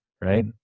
right